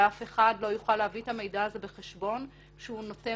ואף אחד לא יוכל להביא את המידע הזה בחשבון כשהוא נותן